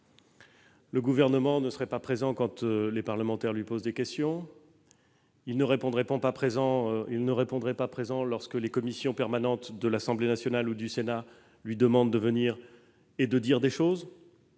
Le Gouvernement ne serait pas présent quand les parlementaires lui posent des questions ; il ne répondrait pas présent lorsque les commissions permanentes de l'Assemblée nationale ou du Sénat lui demandent de venir leur expliquer